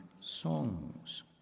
songs